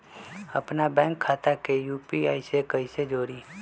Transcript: अपना बैंक खाता के यू.पी.आई से कईसे जोड़ी?